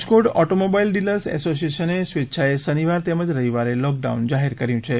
Rajkot automobiles dealers એસોસિયેશનને સ્વેચ્છાએ શનિવાર તેમજ રવિવારે લોકડાઉન જાહેર કર્યું છે